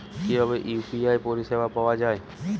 কিভাবে ইউ.পি.আই পরিসেবা পাওয়া য়ায়?